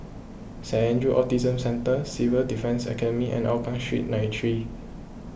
Saint andrew's Autism Centre Civil Defence Academy and Hougang Street nine three